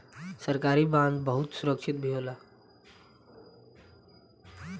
सरकारी बांड बहुते सुरक्षित भी होला